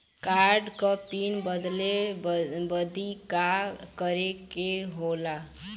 Card क PIN बदले बदी का करे के होला?